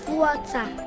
water